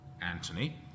Anthony